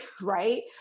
right